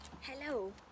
Hello